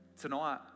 tonight